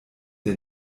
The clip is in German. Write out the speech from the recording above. der